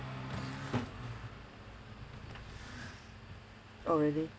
oh really